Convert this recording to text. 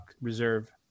Reserve